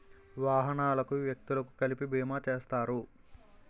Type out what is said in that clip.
వాహనాలకు వ్యక్తులకు కలిపి బీమా చేస్తారు